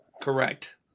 correct